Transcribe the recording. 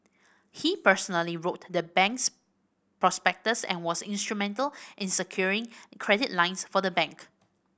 he personally wrote the bank's prospectus and was instrumental in securing credit lines for the bank